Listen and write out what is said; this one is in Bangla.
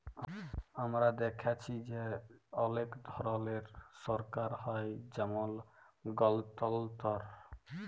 আমরা দ্যাখেচি যে অলেক ধরলের সরকার হ্যয় যেমল গলতলতর